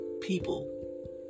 people